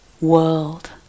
world